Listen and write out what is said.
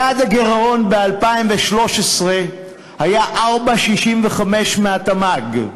יעד הגירעון ב-2013 היה 4.65% מהתמ"ג,